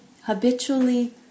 habitually